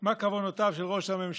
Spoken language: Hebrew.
מה כוונותיו של ראש הממשלה?